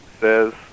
says